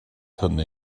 hynny